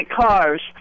cars